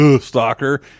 Stalker